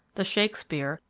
the shakespeare,